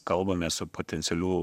kalbame su potencialių